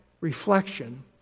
reflection